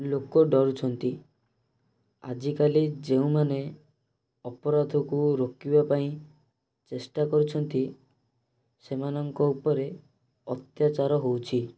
ଲୋକ ଡରୁଛନ୍ତି ଆଜିକାଲି ଯେଉଁମାନେ ଅପରାଧ କୁ ରୋକିବା ପାଇଁ ଚେଷ୍ଟା କରୁଛନ୍ତି ସେମାନଙ୍କ ଉପରେ ଅତ୍ୟାଚାର ହେଉଛି